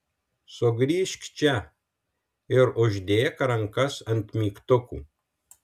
sugrįžk čia ir uždėk rankas ant mygtukų